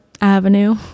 Avenue